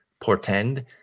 portend